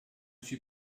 suis